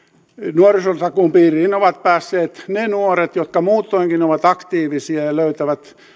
nuorisotakuun piiriin ovat päässeet ne nuoret jotka muutoinkin ovat aktiivisia ja löytävät